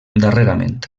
darrerament